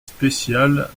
spéciale